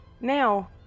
Now